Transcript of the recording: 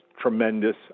tremendous